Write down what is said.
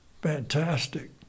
fantastic